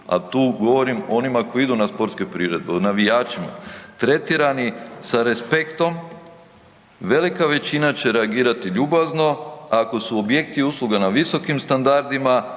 a tu govorim o onima koji idu na sportske priredbe, o navijačima, tretirani sa respektom, velika većina će reagirati ljubazno, ako su objekti i usluga na visokim standardima